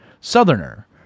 Southerner